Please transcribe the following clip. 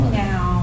now